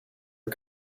are